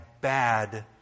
bad